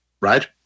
Right